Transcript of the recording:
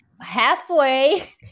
halfway